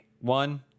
One